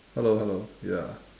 hello hello ya